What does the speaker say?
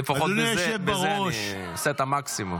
לפחות בזה אני עושה את המקסימום.